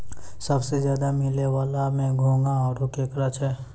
सबसें ज्यादे मिलै वला में घोंघा आरो केकड़ा छै